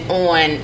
on